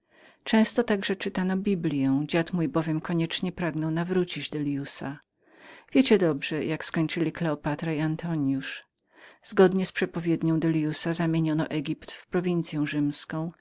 często także czytano biblię dziad mój bowiem koniecznie pragnął nawrócić delliusa wiecie dobrze jak skończyli kleopatra i antoniusz zgodnie z przepowiednią delliusa zamieniono egipt w prowincyę rzymską